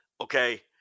Okay